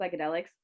psychedelics